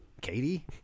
Katie